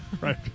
Right